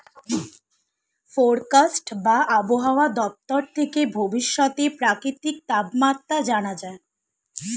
forecast বা আবহাওয়া দপ্তর থেকে ভবিষ্যতের প্রাকৃতিক তাপমাত্রা জানা যায়